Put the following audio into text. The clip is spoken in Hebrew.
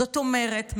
זאת אומרת,